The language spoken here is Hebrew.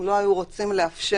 אם לא היו רוצים לאפשר